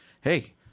hey